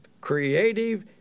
creative